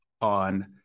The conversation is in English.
on